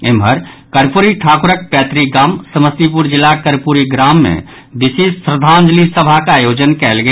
एम्हर कर्पूरी ठाकुरक पैतृक गाम समस्तीपुर जिलाक कर्पूरी ग्राम मे विशेष श्रद्धांजलि सभाक आयोजन कयल गेल